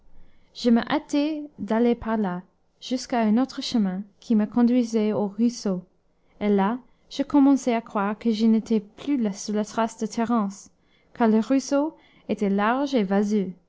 je me hâtai d'aller par là jusqu'à un autre chemin qui me conduisit au ruisseau et là je commençai à croire que je n'étais plus sur la trace de thérence car le ruisseau était large et vaseux